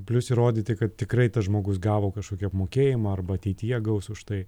plius įrodyti kad tikrai tas žmogus gavo kažkokį apmokėjimą arba ateityje gaus už tai